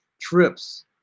trips